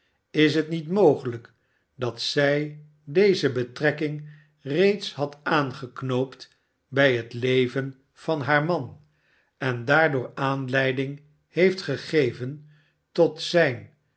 is het niet mogelijk dat zij deze betrekking reeds had aangeknoopt bij het leven van haar man en daardoor aanleiding heeft gegeven tot zijn